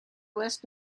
west